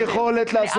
באף מקום אחר,